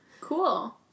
cool